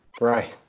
Right